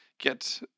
get